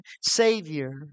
Savior